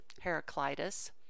Heraclitus